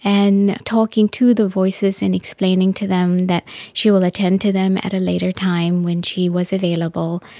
and talking to the voices and explaining to them that she will attend to them at a later time when she was available,